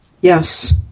Yes